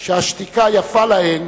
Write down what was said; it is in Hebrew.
שהשתיקה יפה להן